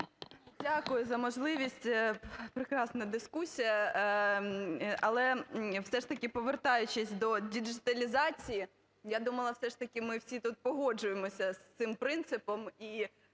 Дякую за можливість, прекрасна дискусія. Але все ж таки, повертаючись до діджиталізації, я думала все ж таки, ми всі тут погоджуємося з цим принципом.